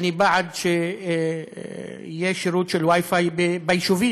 אני בעד שיהיה שירות של Wi-Fi ביישובים,